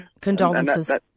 Condolences